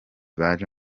baje